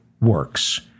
works